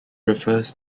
refers